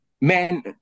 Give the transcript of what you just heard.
man